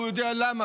והוא יודע למה.